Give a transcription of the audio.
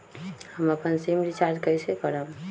हम अपन sim recharge कइसे करम?